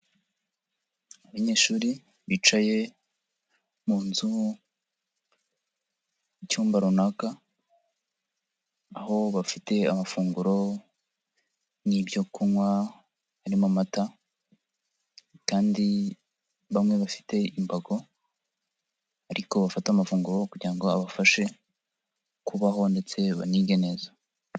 Abanyeshuri bicaye mu nzu mu cyumba runaka, aho bafite amafunguro n'ibyo kunywa harimo amata kandi bamwe bafite imbago ariko bafata amafunguro kugira ngo abafashe kubaho ndetse banige neza.